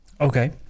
Okay